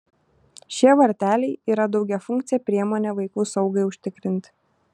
šie varteliai yra daugiafunkcė priemonė vaikų saugai užtikrinti